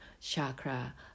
chakra